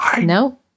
No